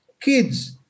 kids